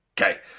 Okay